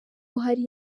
hari